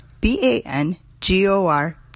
B-A-N-G-O-R